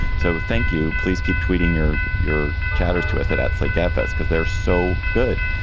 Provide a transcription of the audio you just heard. so thank you. please keep tweeting your your chatters to us. that's like efforts because they're so good.